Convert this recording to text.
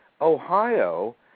Ohio